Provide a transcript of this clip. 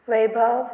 वैभव